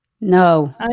No